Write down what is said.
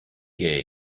gay